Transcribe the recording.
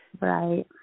Right